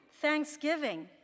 thanksgiving